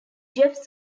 jeff